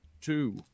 two